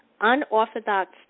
unorthodox